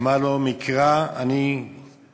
אמר לו, מקרא אני קורא: